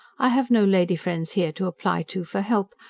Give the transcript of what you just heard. i have no lady friends here to apply to for help,